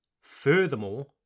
furthermore